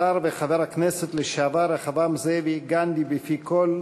השר וחבר הכנסת לשעבר רחבעם זאבי, גנדי בפי כול,